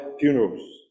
funerals